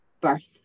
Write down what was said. birth